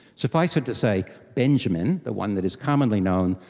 suffice it to say, benjamin, the one that is commonly known,